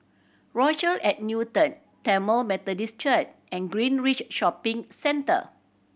Rochelle at Newton Tamil Methodist Church and Greenridge Shopping Centre